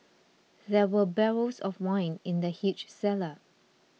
there were barrels of wine in the huge cellar